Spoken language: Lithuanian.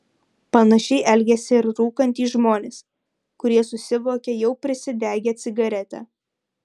panašiai elgiasi ir rūkantys žmonės kurie susivokia jau prisidegę cigaretę